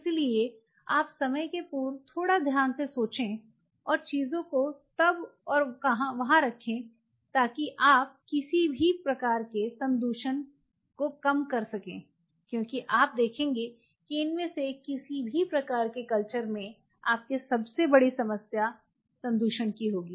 इसलिए आप समय के पूर्व थोड़ा ध्यान से सोचें और चीज़ों को तब और वहां रखें ताकि आप किसी भी प्रकार के संदूषण को कम कर दें क्योंकि आप देखेंगे कि इनमें से किसी भी प्रकार के कल्चर में आपकी सबसे बड़ी समस्या संदूषण की होगी